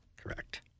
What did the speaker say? correct